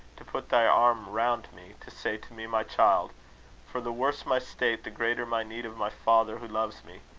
to put thy arm round me, to say to me, my child for the worse my state, the greater my need of my father who loves me.